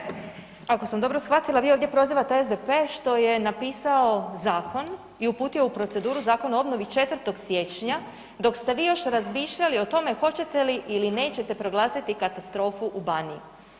Poštovani ministre, ako sam dobro shvatila, vi ovdje prozivate SDP što je napisao zakon i uputio u proceduru Zakon o obnovi 4. siječnja dok ste vi još razmišljali o tome hoćete li ili nećete proglasiti katastrofu u Baniji.